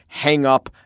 hangup